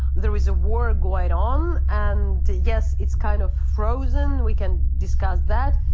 there is a war going on, and yes it's kind of frozen. we can discuss that.